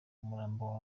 umurambo